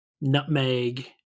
nutmeg